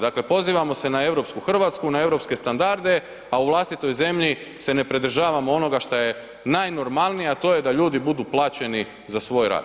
Dakle, pozivamo se na europsku Hrvatsku, na europske standarde, a u vlastitoj zemlji se ne pridržavamo onoga što je najnormalnije, a to je da ljudi budu plaćeni za svoj rad.